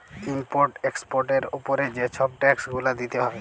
import এক্সপর্টের উপরে যে ছব ট্যাক্স গুলা দিতে হ্যয়